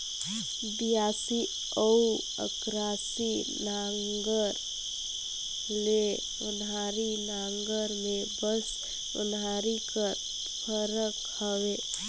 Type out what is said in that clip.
बियासी अउ अकरासी नांगर ले ओन्हारी नागर मे बस ओन्हारी कर फरक हवे